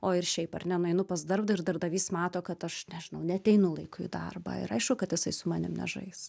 o ir šiaip ar ne nueinu pas darbdavį ir darbdavys mato kad aš nežinau neateinu laiku į darbą ir aišku kad jisai su manim nežais